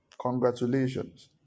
congratulations